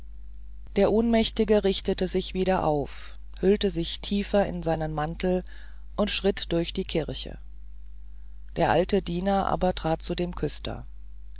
der ohnmächtige richtete sich wieder auf hüllte sich tiefer in seinen mantel und schritt durch die kirche der alte diener aber trat zu dem küster